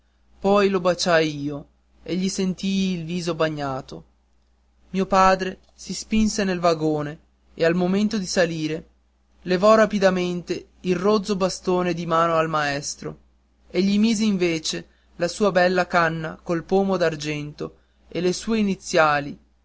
poi lo baciai io e gli sentii il viso bagnato mio padre mi spinse nel vagone e al momento di salire levò rapidamente il rozzo bastone di mano al maestro e gli mise invece la sua bella canna col pomo d'argento e le sue iniziali